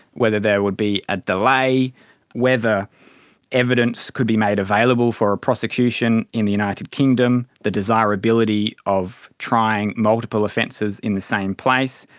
whether there would be a delay, whether evidence could be made available for a prosecution in the united kingdom, the desirability of trying multiple offences in the same place,